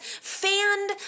fanned